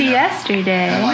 yesterday